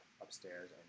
upstairs